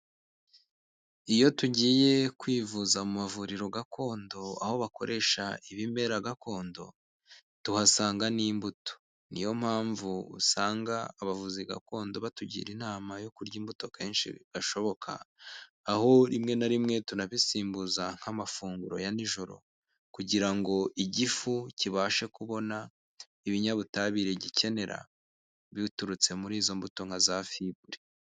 Iyo tugiye kwivuza mu mavuriro gakondo, aho bakoresha ibimera gakondo, tuhasanga n'imbuto, niyo mpamvu usanga abavuzi gakondo batugira inama yo kurya imbuto kenshi gashoboka, aho rimwe na rimwe tunabisimbuza nk'amafunguro ya nijoro, kugira ngo igifu kibashe kubona ibinyabutabire gikenera, biturutse muri izo mbuto nka za fibure.